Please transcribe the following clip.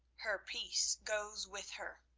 her peace goes with her.